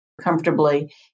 comfortably